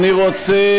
אני רוצה,